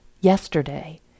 yesterday